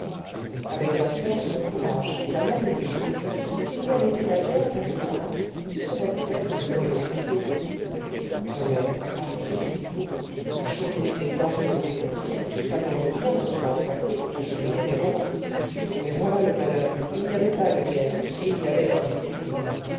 avec ta force ton courage et ta manie de chouriner s'il y avait eu la guerre dans ce temps-là tu serais peut-être devenu officier tonnerre à qui le dites-vous chouriner des anglais ou des prussiens ça m'aurait bien autrement flatté que de chouriner des rosses mais voilà le malheur il n'y avait pas de guerre et il y avait la discipline